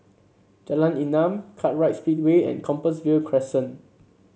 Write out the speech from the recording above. Jalan Enam Kartright Speedway and Compassvale Crescent